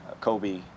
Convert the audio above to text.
Kobe